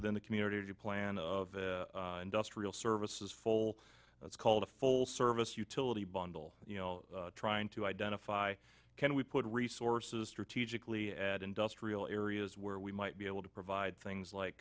within the community to plan industrial services full that's called a full service utility bundle you know trying to identify can we put resources strategically at industrial areas where we might be able to provide things like